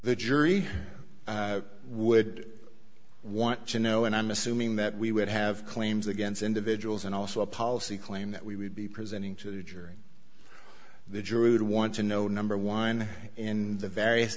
the jury would want to know and i'm assuming that we would have claims against individuals and also a policy claim that we would be presenting to the jury the jury would want to know number one in the various